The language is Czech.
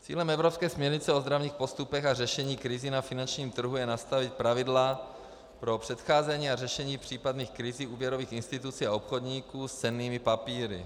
Cílem evropské směrnice o ozdravných postupech a řešení krizí na finančním trhu je nastavit pravidla pro předcházení a řešení případných krizí úvěrových institucí a obchodníků s cennými papíry.